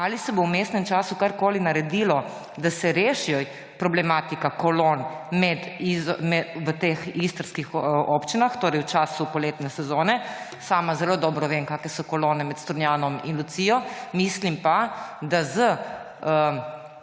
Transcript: ali se bo v vmesnem času karkoli naredilo, da se reši problematika kolon v teh istrskih občinah v času poletne sezone. Sama zelo dobro vem, kakšne so kolone med Strunjanom in Lucijo. Mislim pa, da z